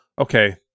okay